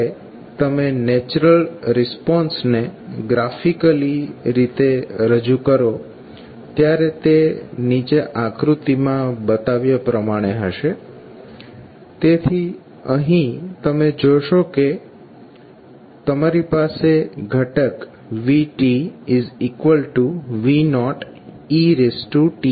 જ્યારે તમે નેચરલ રિસ્પોન્સને ગ્રાફિકલી રીતે રજૂ કરો ત્યારે તે નીચે આકૃતિમાં બતાવ્યા પ્રમાણે હશે તેથી અહીં તમે જોશો કે અહીં તમારી પાસે ઘટકVV0 etRC છે